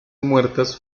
muertas